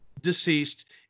deceased